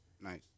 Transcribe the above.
Nice